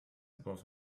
above